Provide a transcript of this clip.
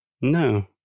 no